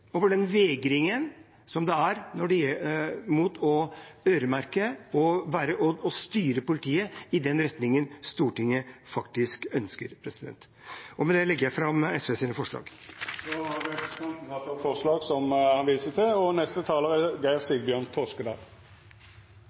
over den vegringen som er mot å øremerke og styre politiet i den retningen Stortinget faktisk ønsker. Med det tar jeg opp de forslagene SV har alene. Representanten Petter Eide har teke opp dei forslaga han refererte til. Hatkriminalitet er mer enn brudd på folkeskikk og